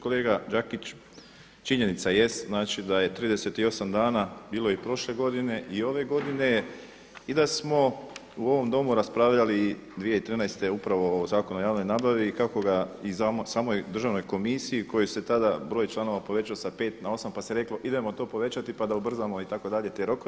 Kolega Đakić činjenica jest da je 38 dana bilo i prošle godine i ove godine i da smo u ovom Domu raspravljali 2013. upravo o Zakonu o javnoj nabavi i samoj državnoj komisiji kojih se tada broj članova povećao sa 5 na 8, pa se reklo idemo to povećati, pa da ubrzamo te rokove.